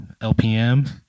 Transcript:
LPM